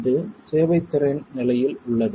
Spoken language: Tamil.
இது சேவைத்திறன் நிலையில் உள்ளது